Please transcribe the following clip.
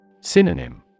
Synonym